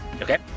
Okay